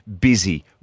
Busy